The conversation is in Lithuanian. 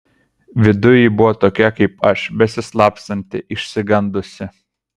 viduj ji buvo tokia kaip aš besislapstanti išsigandusi